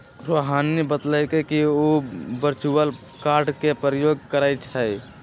रोहिणी बतलकई कि उ वर्चुअल कार्ड के प्रयोग करई छई